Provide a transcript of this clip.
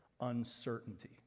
uncertainty